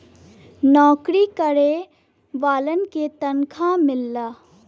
नऊकरी करे वालन के तनखा मिलला